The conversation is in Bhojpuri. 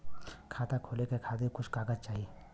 खाता खोले के खातिर कुछ कागज चाही?